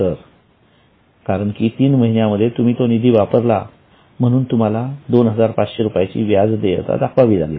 परंतु कारण की तीन महिन्यामध्ये तुम्ही तो निधी वापरला आहे तुम्हाला 2500 रुपयांची व्याज देयता दाखवावी लागेल